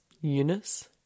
Eunice